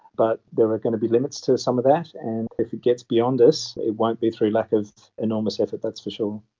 but there are going to be limits to some of that, and if it gets beyond us, it won't be through lack of enormous effort, that's for sure.